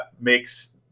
makes